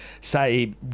say